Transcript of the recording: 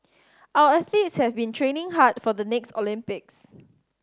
our athletes have been training hard for the next Olympics